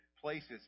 places